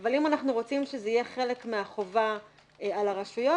אבל אם אנחנו רוצים שזה יהיה חלק מהחובה על הרשויות,